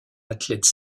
athlète